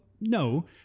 no